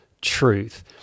truth